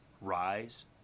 Rise